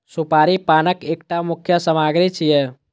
सुपारी पानक एकटा मुख्य सामग्री छियै